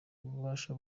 ububasha